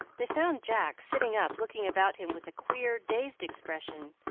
they found jack sitting up looking about him with a queer, dazed expression,